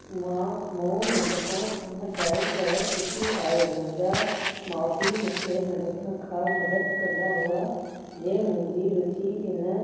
मां मूं नंढिपुण खां ड्रॉइंग करणु सिखी आहे मुंहिंजा माउ पीउ मूंखे नंढिपुण खां मदद कंदा हुआ जे मुंहिंजी रुचि इन